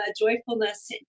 joyfulness